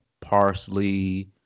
Parsley